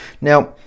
now